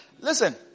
Listen